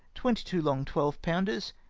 twenty two long twelve pounders,